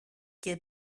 και